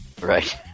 right